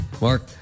Mark